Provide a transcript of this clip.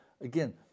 again